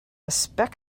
spec